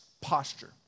posture